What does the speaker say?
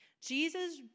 Jesus